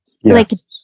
Yes